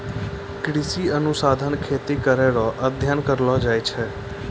कृषि अनुसंधान खेती करै रो अध्ययन करलो जाय छै